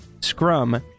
scrum